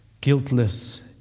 guiltless